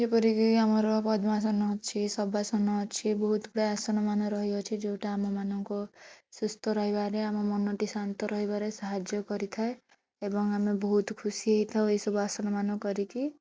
ଯେପରିକି ଆମର ପଦ୍ମାସନ ଅଛି ସବାସନ ଅଛି ବହୁତ ଗୁଡ଼ାଏ ଆସନ ମାନ ରହିଅଛି ଯେଉଁଟା ଆମମାନଙ୍କୁ ସୁସ୍ଥ ରହିବାରେ ଆମ ମନଟି ଶାନ୍ତ ରହିବାରେ ସାହାର୍ଯ୍ୟ କରିଥାଏ ଏବଂ ଆମେ ବହୁତ ଖୁସି ହେଇଥାଉ ଏହି ସବୁ ଆସନମାନ କରିକି